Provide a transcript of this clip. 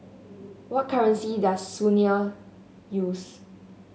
what currency does Tunisia use